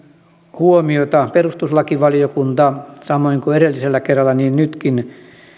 huomiota perustuslakivaliokunta samoin kuin edellisellä kerralla niin nytkin